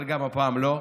אבל גם הפעם לא.